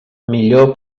millor